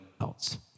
else